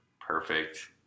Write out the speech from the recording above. perfect